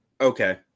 okay